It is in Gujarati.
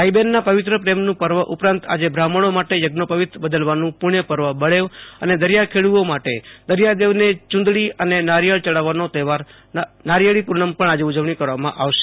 ભાઈ બહેનના પવિત્ર પ્રમેનું પર્વ ઉપરાંત આજે બ્રાહ્મણો માટે યજ્ઞોપવિત બદલવાનું પૂર્ણ્ય પર્વ બળેવ અને દરિયાખેડૂઓ માટે દરિયાદેવને ચૂંદડી અને નારિયેળ ચડાવવાનો તહેવાર નારિયેળી પૂનમની પણ આજે ઉજવણી કરવામાં આવશે